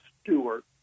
Stewart